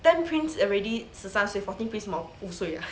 tenth prince already 十三岁 fourteenth prince 什么五岁 ah